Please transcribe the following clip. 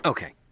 Okay